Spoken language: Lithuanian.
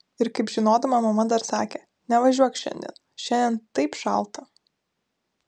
ir kaip žinodama mama dar sakė nevažiuok šiandien šiandien taip šalta